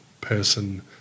person